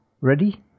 ready